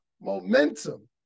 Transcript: momentum